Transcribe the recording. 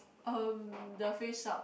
uh the Face Shop